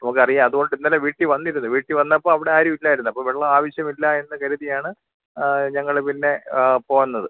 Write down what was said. നമുക്കറിയാം അതുകൊണ്ട് ഇന്നലെ വീട്ടിൽ വന്നിരുന്നു വീട്ടിൽ വന്നപ്പോൾ അവിടെ ആരുമില്ലായിരിന്നു അപ്പോൾ വെള്ളം ആവശ്യമില്ലായെന്ന് കരിതിയാണ് ഞങ്ങൾ പിന്നെ പോന്നത്